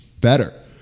better